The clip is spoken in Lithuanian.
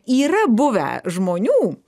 yra buvę žmonių